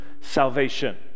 salvation